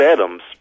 Adams